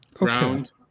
round